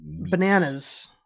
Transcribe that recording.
bananas